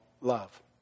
love